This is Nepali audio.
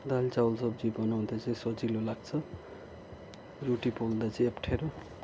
दाल चामल सब्जी बनाउँदा चाहिँ सजिलो लाग्छ रोटी पोल्दा चाहिँ अप्ठ्यारो